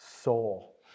soul